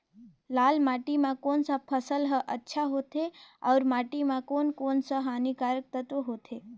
लाल माटी मां कोन सा फसल ह अच्छा होथे अउर माटी म कोन कोन स हानिकारक तत्व होथे?